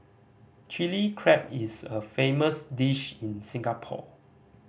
Chilli Crab is a famous dish in Singapore